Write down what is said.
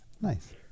Nice